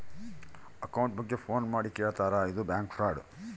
account ಬಗ್ಗೆ phone ಮಾಡಿ ಕೇಳ್ತಾರಾ ಇದು ಬ್ಯಾಂಕ್ ಫ್ರಾಡ್